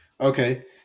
Okay